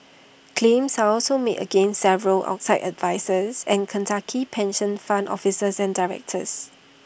claims are also made against several outside advisers and Kentucky pension fund officers and directors